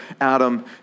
Adam